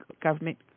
government